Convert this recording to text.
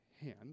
hand